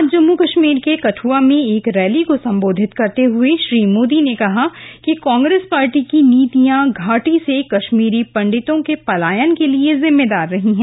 आज जम्मू कश्मीर के कदुआ में एक रैली को संबोधित करते हुए श्री मोदी ने कहा कि कांग्रेस पार्टी की नीतियां घार्टी से कश्मीरी पंडितों के पलायन के लिए जिम्मेदार रही हैं